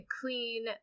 clean